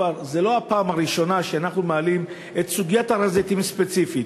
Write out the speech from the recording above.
זו לא הפעם הראשונה שאנחנו מעלים את סוגיית הר-הזיתים ספציפית.